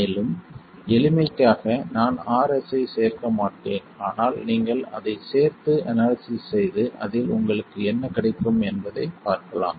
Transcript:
மேலும் எளிமைக்காக நான் Rs ஐச் சேர்க்க மாட்டேன் ஆனால் நீங்கள் அதைச் சேர்த்து அனாலிசிஸ் செய்து அதில் உங்களுக்கு என்ன கிடைக்கிறது என்பதைப் பார்க்கலாம்